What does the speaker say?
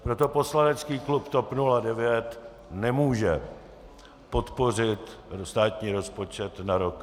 Proto poslanecký klub TOP 09 nemůže podpořit státní rozpočet na rok 2015.